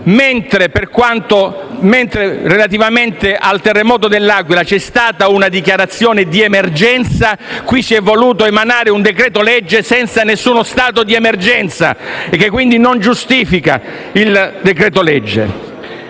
mentre relativamente al terremoto dell'Aquila c'è stata una dichiarazione di emergenza, qui si è voluto emanare un decreto-legge senza alcuno stato di emergenza; il che, quindi, non giustifica il decreto-legge.